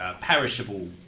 perishable